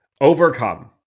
overcome